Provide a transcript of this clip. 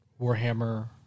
Warhammer